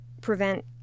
prevent